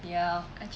ya